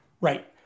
Right